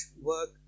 work